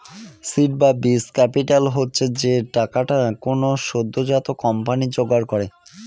seed বা বীজ capital হচ্ছে যে টাকাটা কোনো সদ্যোজাত কোম্পানি জোগাড় করে